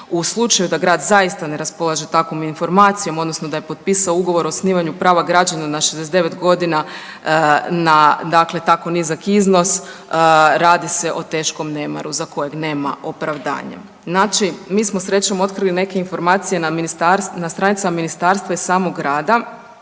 U slučaju da grad zaista ne raspolaže takvom informacijom odnosno da je potpisao ugovor o osnivanju prava građana na 69 godina na tako nizak iznos radi se o teškom nemaru za kojeg nema opravdanja. Znači mi smo srećom otkrili neke informacije na stranicama ministarstva i samog grada,